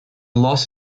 loss